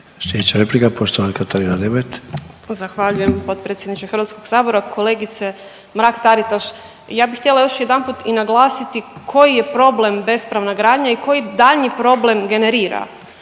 Katarina Nemet. **Nemet, Katarina (IDS)** Zahvaljujem potpredsjedniče HS. Kolegice Mrak-Taritaš, ja bih htjela još jedanput i naglasiti koji je problem bespravna gradnja i koji daljnji problem generira.